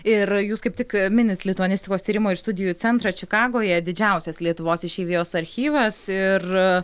ir jūs kaip tik minit lituanistikos tyrimo ir studijų centrą čikagoje didžiausias lietuvos išeivijos archyvas ir